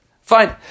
Fine